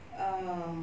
um